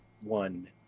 One